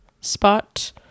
spot